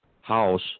house